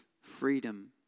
Freedom